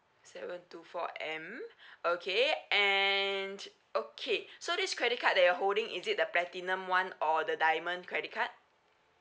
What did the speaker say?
seven two four M okay and okay so this credit card that you're holding is it the platinum one or the diamond credit card